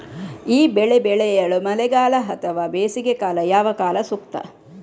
ಈ ಬೆಳೆ ಬೆಳೆಯಲು ಮಳೆಗಾಲ ಅಥವಾ ಬೇಸಿಗೆಕಾಲ ಯಾವ ಕಾಲ ಸೂಕ್ತ?